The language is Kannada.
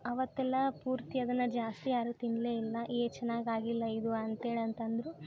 ಅವತ್ತೆಲ್ಲ ಪೂರ್ತಿ ಅದನ್ನು ಜಾಸ್ತಿ ಯಾರೂ ತಿನ್ನಲೇ ಇಲ್ಲ ಏ ಚೆನ್ನಾಗಿ ಆಗಿಲ್ಲ ಇದು ಅಂತೇಳಿ ಅಂತಂದರು